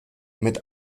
mit